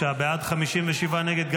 49 בעד, 57 נגד.